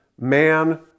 man